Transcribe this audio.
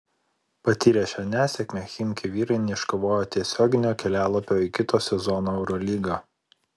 patyrę šią nesėkmę chimki vyrai neiškovojo tiesioginio kelialapio į kito sezono eurolygą